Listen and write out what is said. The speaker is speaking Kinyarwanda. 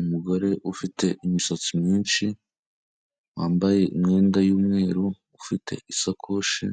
Umugore ufite imisatsi myinshi wambaye imyenda y'umweru, ufite isakoshi